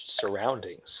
surroundings